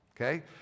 okay